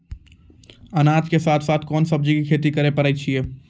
अनाज के साथ साथ कोंन सब्जी के खेती करे पारे छियै?